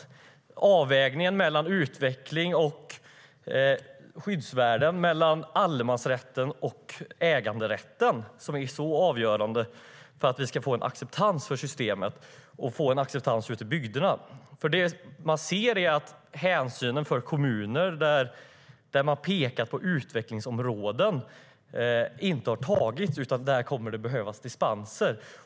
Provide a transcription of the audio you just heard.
Det handlar om en avvägning mellan utveckling och skyddsvärden och mellan allemansrätten och äganderätten. Det är avgörande för att vi ska få en acceptans för systemet och få en acceptans ute i bygderna. Man ser att det inte har tagits hänsyn till kommuner som pekar på utvecklingsområden. Där kommer det att behövas dispenser.